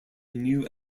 new